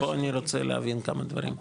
פה אני רוצה להבין כמה דברים,